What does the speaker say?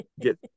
get